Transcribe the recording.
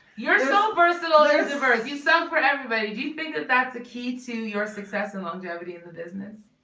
you're so versatile their servers you sung for everybody. do you think that that's a key to your success and longevity in the business